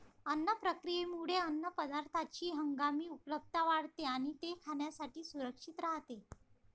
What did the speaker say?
अन्न प्रक्रियेमुळे अन्नपदार्थांची हंगामी उपलब्धता वाढते आणि ते खाण्यासाठी सुरक्षित राहते